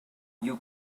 you